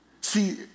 See